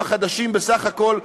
החדשים להשתלב בשוק העבודה בסך הכול,